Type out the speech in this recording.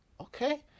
okay